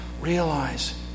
realize